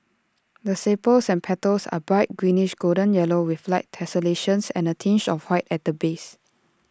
the sepals and petals are bright greenish golden yellow with light tessellations and A tinge of white at the base